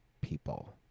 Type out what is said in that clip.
people